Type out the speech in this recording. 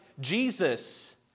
Jesus